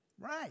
Right